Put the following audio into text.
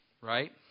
right